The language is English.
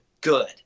good